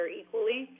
equally